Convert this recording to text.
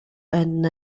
and